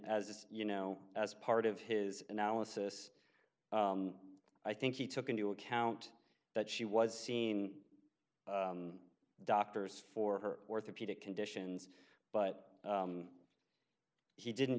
as you know as part of his analysis i think he took into account that she was seeing doctors for her orthopedic conditions but he didn't